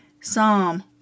Psalm